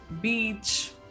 beach